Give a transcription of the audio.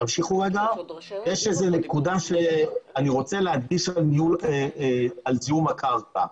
יש נקודה שאני רוצה להדגיש לגבי זיהום הקרקע.